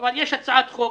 אבל יש הצעת חוק